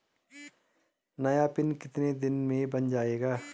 नया पिन कितने दिन में बन जायेगा?